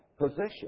position